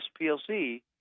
SPLC